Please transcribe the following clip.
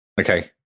Okay